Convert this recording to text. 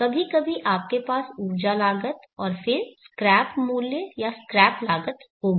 कभी कभी आपके पास ऊर्जा लागत और फिर स्क्रैप मूल्य या स्क्रैप लागत होगी